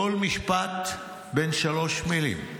כל משפט בן שלוש מילים: